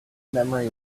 memory